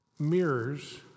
Mirrors